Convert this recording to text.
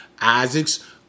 Isaac's